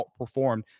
outperformed